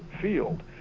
field